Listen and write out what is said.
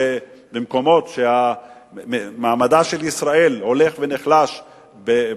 במקומות שמעמדה של ישראל הולך ונחלש בהם,